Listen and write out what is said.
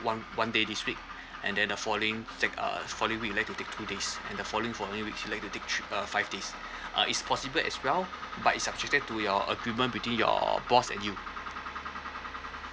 one one day this week and then the following take uh following week you'd like to take two days and the following following weeks you'd like to take thre~ uh five days uh it's possible as well but it's subject to your agreement between your boss and you